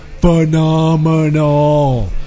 phenomenal